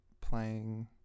playing